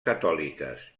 catòliques